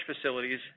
facilities